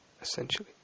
essentially